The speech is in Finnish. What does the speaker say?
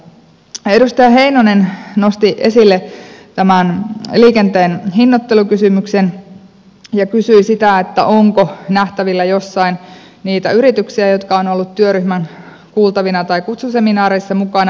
edustaja heinonen nosti esille liikenteen hinnoittelukysymyksen ja kysyi onko nähtävillä jossain niitä yrityksiä jotka ovat olleet työryhmän kuultavina tai kutsuseminaareissa mukana